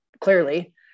clearly